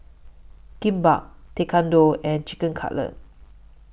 Kimbap Tekkadon and Chicken Cutlet